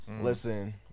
Listen